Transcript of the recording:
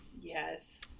Yes